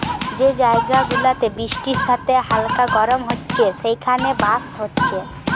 যে জায়গা গুলাতে বৃষ্টির সাথে হালকা গরম হচ্ছে সেখানে বাঁশ হচ্ছে